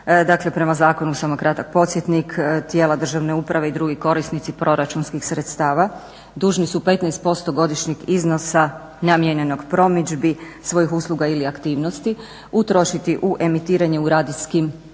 Dakle prema zakonu, samo kratak podsjetnik, tijela državne uprave i drugi korisnici proračunskih sredstava dužni su 15% godišnjeg iznosa namijenjenog promidžbi svojih usluga ili aktivnosti utrošiti u emitiranje u radijskim ili tv